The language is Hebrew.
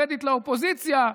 קרדיט לאופוזיציה,